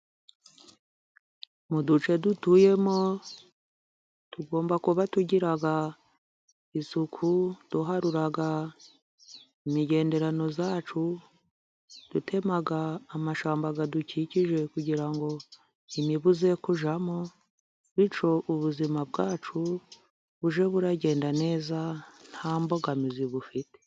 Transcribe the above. Mu duce dutuyemo tugomba kuba tugira isuku, duharura imigenderano yacu, dutema amashamba adukikije kugirango imibu yekujyamo, bityo ubuzima bwacu bujye buragenda neza, nta mbogamizi bufite.